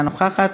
אינה נוכחת,